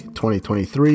2023